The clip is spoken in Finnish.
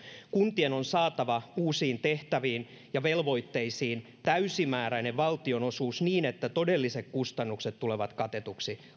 kuntien on saatava uusiin tehtäviin ja velvoitteisiin täysimääräinen valtionosuus niin että todelliset kustannukset tulevat katetuksi